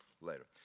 later